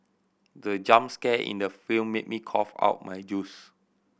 the jump scare in the film made me cough out my juice